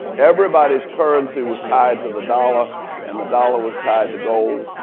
everybody's currency was tied to the dollar and the dollar was tied to gold.